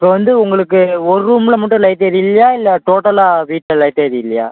so வந்து உங்களுக்கு ஒரு ரூம்மில் மட்டும் லைட் எரியலையா இல்லை டோட்டலாக வீட்டில் லைட் எரியலையா